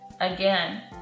again